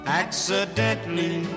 accidentally